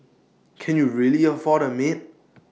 can you really afford A maid